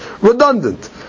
redundant